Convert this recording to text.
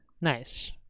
Nice